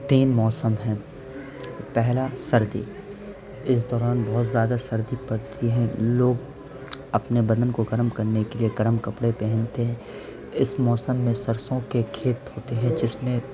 تین موسم ہیں پہلا سردی اس دوران بہت زیادہ سردی پڑتی ہیں لوگ اپنے بدن کو گرم کرنے کے لیے گڑم کپڑے پہنتے ہیں اس موسم میں سرسوں کے کھیت ہوتے ہیں جس میں